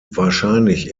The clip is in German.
wahrscheinlich